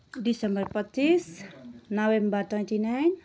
December पच्चिस November twenty nine